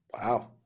Wow